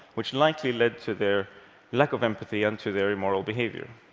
which likely led to their lack of empathy and to their immoral behavior.